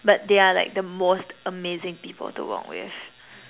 but they are like the most amazing people to work with